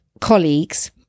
colleagues